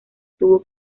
tuvo